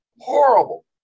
horrible